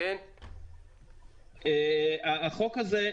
החוק הזה,